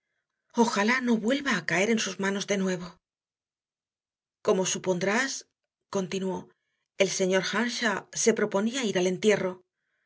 ojalá no vuelva a caer en sus manos de nuevo como supondrás continuó el señor earnshaw se proponía ir al entierro